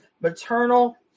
maternal